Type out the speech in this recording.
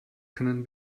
können